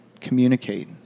communicate